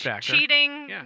cheating